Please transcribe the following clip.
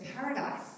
Paradise